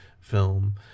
film